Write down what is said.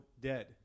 dead